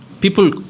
people